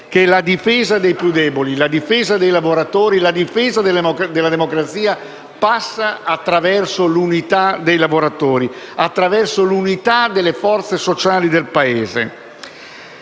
che la difesa dei più deboli, la difesa dei lavoratori, la difesa della democrazia passa attraverso l'unita dei lavoratori, attraverso l'unità delle forze sociali del Paese.